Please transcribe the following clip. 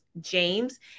James